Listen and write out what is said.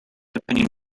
opinion